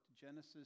Genesis